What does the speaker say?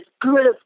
good